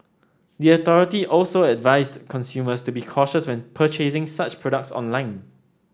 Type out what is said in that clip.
the authority also advised consumers to be cautious when purchasing such products online